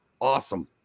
Awesome